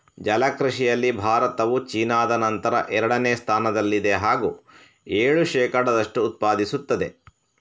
ಜಲ ಕೃಷಿಯಲ್ಲಿ ಭಾರತವು ಚೀನಾದ ನಂತರ ಎರಡನೇ ಸ್ಥಾನದಲ್ಲಿದೆ ಹಾಗೂ ಏಳು ಶೇಕಡದಷ್ಟು ಉತ್ಪಾದಿಸುತ್ತದೆ